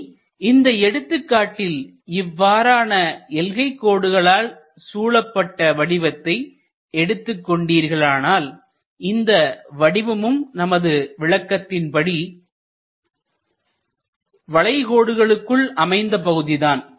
இனி இந்த எடுத்துக்காட்டில் இவ்வாறான எல்கை கோடுகளால் சூழப்பட்ட வடிவத்தை எடுத்துக் கொண்டீர்களானால்இந்த வடிவமும் நமது விளக்கத்தின்படி வளைகோடுகளுக்குள் அமைந்த பகுதி தான்